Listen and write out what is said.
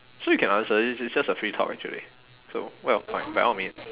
so you can answer this it's just a free talk actually so well fine by all means